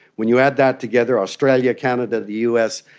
when you add that together, australia, canada, the us,